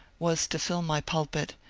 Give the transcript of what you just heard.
was to fill my pulpit,